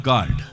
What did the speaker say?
God